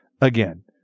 again